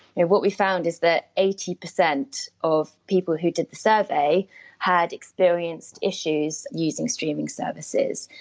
and what we found is that eighty percent of people who did the survey had experienced issues using streaming services.